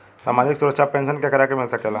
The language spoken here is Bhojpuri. सामाजिक सुरक्षा पेंसन केकरा के मिल सकेला?